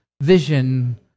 vision